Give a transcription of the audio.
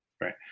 right